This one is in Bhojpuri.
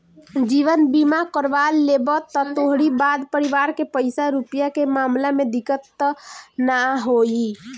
जीवन बीमा करवा लेबअ त तोहरी बाद परिवार के पईसा रूपया के मामला में दिक्कत तअ नाइ होई